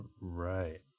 Right